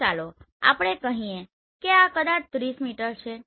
તો ચાલો આપણે કહીએ કે આ કદાચ 30 મીટર છે